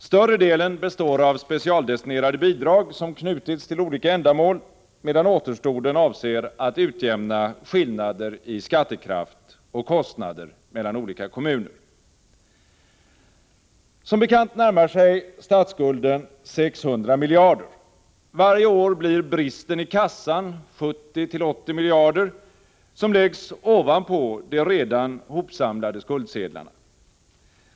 Större delen består av specialdestinerade bidrag som knutits till olika ändamål, medan återstoden avser att utjämna skillnader i skattekraft och kostnader mellan olika kommuner. Som bekant närmar sig statsskulden 600 miljarder. Varje år blir bristen i kassan 70-80 miljarder, som läggs ovanpå de redan hopsamlade skuldsedlarna.